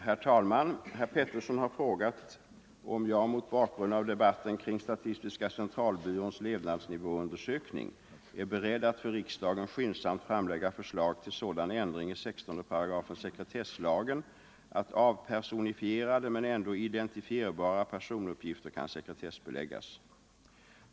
Herr talman! Herr Pettersson i Lund har frågat om jag - mot bakgrund av debatten kring statistiska centralbyråns levnadsnivåundersökning — är beredd att för riksdagen skyndsamt framlägga förslag till sådan ändring i 16 § sekretesslagen att avpersonifierade, men ändå identifierbara, personuppgifter kan sekretessbeläggas.